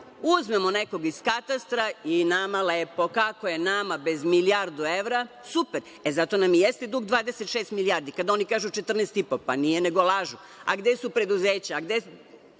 uzmemo nekog iz katastra i nama lepo. Kako je nama bez milijardu evra? Super. E, zato nam i jeste dug 26 milijardi, kad oni kažu 14,5, pa nije, nego lažu. A gde su preduzeća,